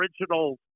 original